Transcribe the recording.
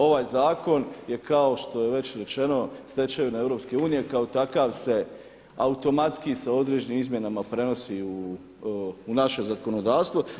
Ovaj zakon je kao što je već rečeno stečevina EU i kao takav se, automatski se određenim izmjenama prenosi u naše zakonodavstvo.